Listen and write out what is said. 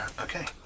Okay